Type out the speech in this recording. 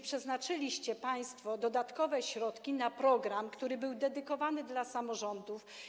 Przeznaczyliście państwo w niej dodatkowe środki na program, który był dedykowany dla samorządów.